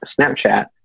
Snapchat